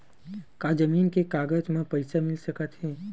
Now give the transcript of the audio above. का जमीन के कागज म पईसा मिल सकत हे?